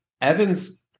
Evan's